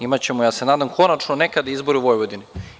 Imaćemo, ja se nadam, konačno nekada izbore u Vojvodini.